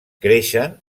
creixen